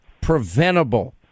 preventable